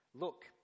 Look